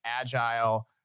agile